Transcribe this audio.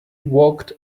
walked